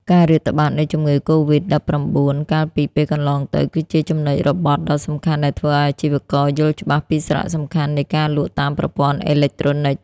ការរាតត្បាតនៃជំងឺកូវីដ-១៩ កាលពីពេលកន្លងទៅ គឺជាចំណុចរបត់ដ៏សំខាន់ដែលធ្វើឱ្យអាជីវករយល់ច្បាស់ពីសារៈសំខាន់នៃការលក់តាមប្រព័ន្ធអេឡិចត្រូនិក។